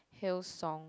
hill song